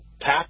pack